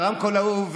ליד המיקרופון ההוא,